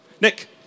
Nick